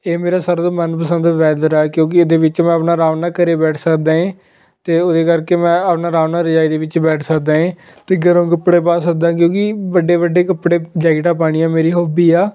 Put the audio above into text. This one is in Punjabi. ਇਹ ਮੇਰਾ ਸਾਰਿਆਂ ਤੋਂ ਮਨਪਸੰਦ ਵੈਦਰ ਆ ਕਿਉਂਕਿ ਇਹਦੇ ਵਿੱਚ ਮੈਂ ਆਪਣਾ ਆਰਾਮ ਨਾਲ ਘਰ ਬੈਠ ਸਕਦਾ ਹੈ ਅਤੇ ਉਹਦੇ ਕਰਕੇ ਮੈਂ ਆਪਣਾ ਆਰਾਮ ਨਾਲ ਰਜਾਈ ਦੇ ਵਿੱਚ ਬੈਠ ਸਕਦਾ ਹੈ ਅਤੇ ਗਰਮ ਕੱਪੜੇ ਪਾ ਸਕਦਾ ਕਿਉਂਕਿ ਵੱਡੇ ਵੱਡੇ ਕੱਪੜੇ ਜੈਕਟਾਂ ਪਾਉਣੀਆਂ ਮੇਰੀ ਹੋਬੀ ਆ